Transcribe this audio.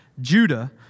Judah